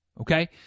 Okay